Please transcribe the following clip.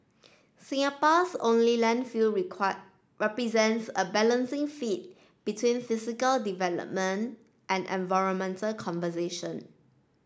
Singapore's only landfill require represents a balancing feat between physical development and environmental conservation